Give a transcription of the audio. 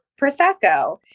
Prosecco